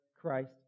Christ